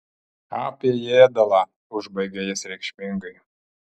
apie ėdalą užbaigė jis reikšmingai